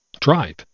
drive